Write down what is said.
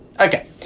Okay